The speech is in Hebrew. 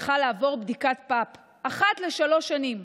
צריכה לעבור בדיקת פאפ אחת לשלוש שנים.